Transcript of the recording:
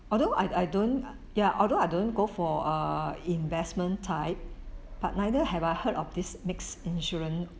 although I I don't ya although I don't go for err investment type but neither have I heard of this mix insurance